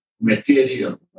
material